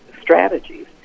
strategies